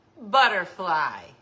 butterfly